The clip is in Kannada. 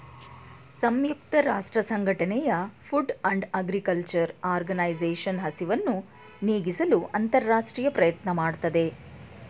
ಸಂಯುಕ್ತ ರಾಷ್ಟ್ರಸಂಘಟನೆಯ ಫುಡ್ ಅಂಡ್ ಅಗ್ರಿಕಲ್ಚರ್ ಆರ್ಗನೈಸೇಷನ್ ಹಸಿವನ್ನು ನೀಗಿಸಲು ಅಂತರರಾಷ್ಟ್ರೀಯ ಪ್ರಯತ್ನ ಮಾಡ್ತಿದೆ